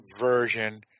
version